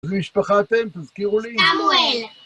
איזה משפחה אתם? תזכירו לי. סמואל.